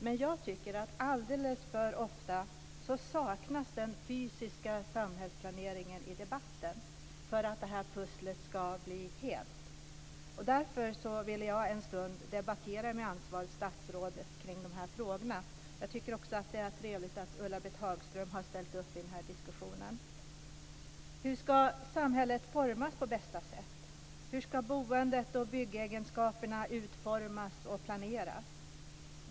Men jag tycker att den fysiska samhällsplaneringen alldeles för ofta saknas i debatten för att det här pusslet ska bli helt. Därför vill jag en stund debattera med ansvarigt statsråd kring dessa frågor. Jag tycker också att det är trevligt att Ulla-Britt Hagström har ställt upp i den här diskussionen. Hur ska samhället formas på bästa sätt? Hur ska boendet och byggegenskaperna utformas och planeras?